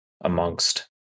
amongst